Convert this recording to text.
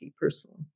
personally